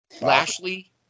Lashley